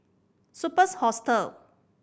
Superb's Hostel